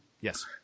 Yes